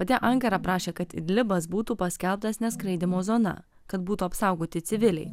pati ankara prašė kad idlibas būtų paskelbtas neskraidymo zona kad būtų apsaugoti civiliai